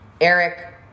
Eric